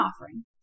offering